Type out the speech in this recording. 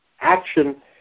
action